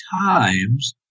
Times